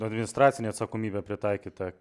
administracinė atsakomybė pritaikyta